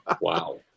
Wow